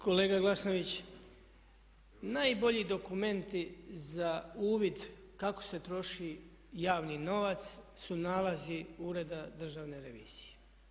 Kolega Glasnović, najbolji dokumenti za uvid kako se troši javni novac su nalazi ureda državne revizije.